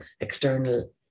external